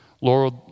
Lord